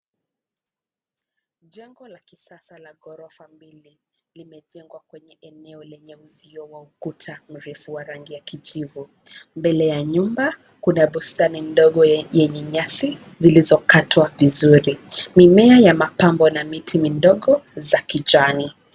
Jengo la kisasa la ghorofa mbili limejengwa kwenye eneo lenye uzio wa ukuta mrefu wa rangi ya kijivu. Mbele ya nyumba kuna bustani ndogo yenye nyasi zilizo katwa vizuri, mimea ya mapambo na miti midogo za kijani.